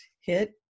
hit